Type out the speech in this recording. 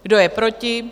Kdo je proti?